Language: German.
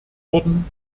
worden